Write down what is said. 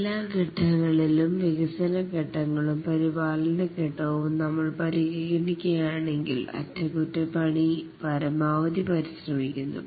എല്ലാ ഘട്ടങ്ങളിലും വികസന ഘട്ടങ്ങളും പരിപാലന ഘട്ടവും നമ്മൾ പരിഗണിക്കുകയാണെങ്കിൽ അറ്റകുറ്റപ്പണി പരമാവധി പരിശ്രമിക്കുന്നു